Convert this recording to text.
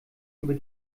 über